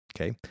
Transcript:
Okay